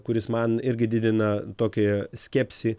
kuris man irgi didina tokį skepsį